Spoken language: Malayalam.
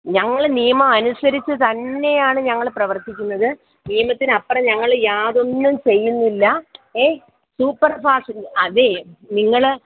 ഞങ്ങൾ നിയമമനുസരിച്ച് തന്നെയാണ് ഞങ്ങൾ പ്രവർത്തിക്കുന്നത് നിയമത്തിനപ്പുറം ഞങ്ങൾ യാതൊന്നും ചെയ്യുന്നില്ല ഏ സൂപ്പർ ഫാസ്റ്റ് അതേ നിങ്ങൾ